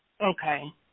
Okay